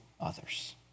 others